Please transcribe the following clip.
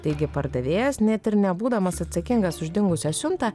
taigi pardavėjas net ir nebūdamas atsakingas už dingusią siuntą